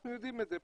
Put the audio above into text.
אנחנו יודעים את זה,